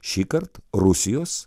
šįkart rusijos